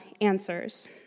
answers